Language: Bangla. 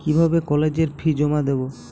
কিভাবে কলেজের ফি জমা দেবো?